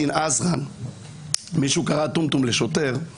30,000 שוטרים